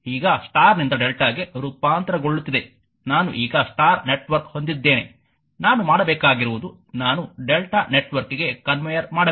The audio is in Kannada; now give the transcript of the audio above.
ಈಗ ಸ್ಟಾರ್ ನಿಂದ ಡೆಲ್ಟಾಗೆ ರೂಪಾಂತರಗೊಳ್ಳುತ್ತಿದೆ ನಾನು ಈಗ ಸ್ಟಾರ್ ನೆಟ್ವರ್ಕ್ ಹೊಂದಿದ್ದೇನೆ ನಾನು ಮಾಡಬೇಕಾಗಿರುವುದು ನಾನು Δ ನೆಟ್ವರ್ಕ್ಗೆ ಕನ್ವೇಯರ್ ಮಾಡಬೇಕು